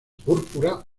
púrpura